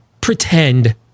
pretend